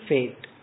Fate